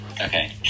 Okay